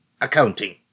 accounting